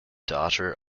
daughter